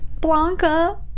Blanca